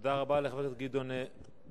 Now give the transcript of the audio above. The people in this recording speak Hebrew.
תודה רבה לחבר הכנסת גדעון עזרא.